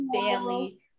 family